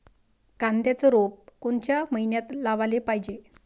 कांद्याचं रोप कोनच्या मइन्यात लावाले पायजे?